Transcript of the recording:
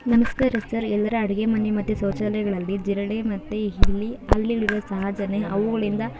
ನಮಸ್ಕಾರ ಸರ್ ಎಲ್ಲರ ಅಡುಗೆ ಮನೆ ಮತ್ತು ಶೌಚಾಲಯಗಳಲ್ಲಿ ಜಿರಳೆ ಮತ್ತು ಇಲಿ ಹಲ್ಲಿಗಳ್ ಇರೋದು ಸಹಜನೇ ಅವುಗಳಿಂದ